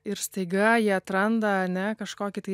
ir staiga jie atranda ane kažkokį tai